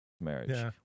marriage